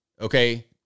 Okay